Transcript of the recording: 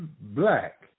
black